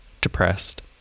depressed